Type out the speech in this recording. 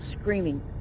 screaming